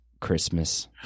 Christmas